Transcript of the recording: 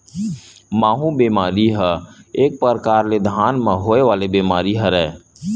माहूँ बेमारी ह एक परकार ले धान म होय वाले बीमारी हरय